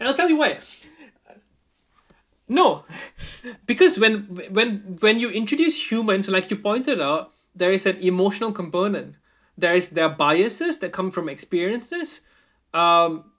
and I'll tell you why no because when when when you introduce humans like you pointed out there is an emotional component there is there are biases that come from experiences um